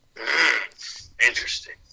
Interesting